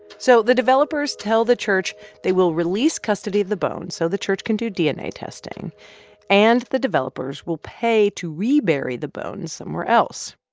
so the developers tell the church they will release custody of the bones so the church can do dna testing and that the developers will pay to rebury the bones somewhere else.